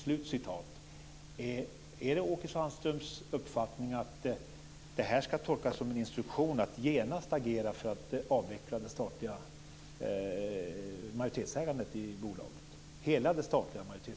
Är det Åke Sandströms uppfattning att detta ska tolkas som en instruktion att genast agera för att avveckla hela det statliga majoritetsägandet i bolaget?